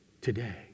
Today